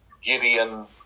Gideon